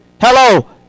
hello